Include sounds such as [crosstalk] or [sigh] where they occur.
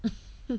[laughs]